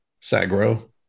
Sagro